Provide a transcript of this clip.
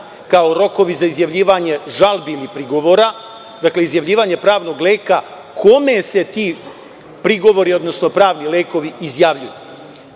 kao rokovi za izjavljivanje žalbi ili prigovora, izjavljivanje pravnog leka, kome se ti prigovori, odnosno pravni lekovi izjavljuju.